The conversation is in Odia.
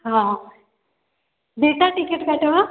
ହଁ ଦୁଇଟା ଟିକେଟ୍ କାଟିବା